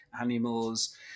animals